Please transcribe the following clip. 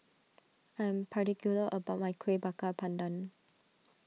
I am particular about my Kueh Bakar Pandan